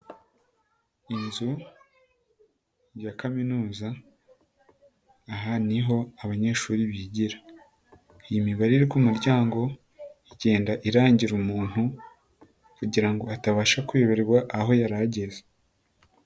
Inzu, ya kaminuza. Aha niho abanyeshuri bigira. Iyi mibare iri ku muryango, igenda irangira umuntu, kugira ngo atabasha kuyoberwa aho yari ahageze.